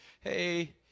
hey